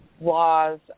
laws